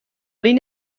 این